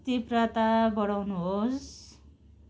तीव्रता बढाउनुहोस्